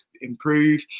improve